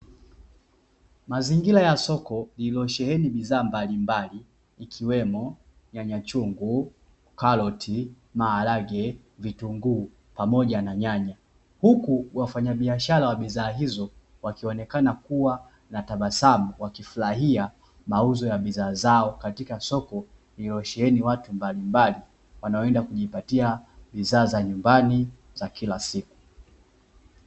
Mazingira ya soko lililosheheni bidhaa mbalimbali ikiwemo: nyanya chungu, karoti, maharage, vitunguu, pamoja na nyanya. Huku wafanyabiashara wa bidhaa hizo wakionekana kuwa na tabasamu wakifurahia mauzo ya bidhaa zao katika soko lililosheheni watu mbalimbali wanaoenda kujipatia bidhaa za nyumbani za kila siku.